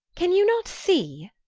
can you not see?